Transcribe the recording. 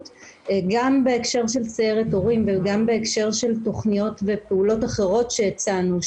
גם בהקשר של סיירת הורים וגם בהקשר של תוכניות ופעולות אחרות שהצענו,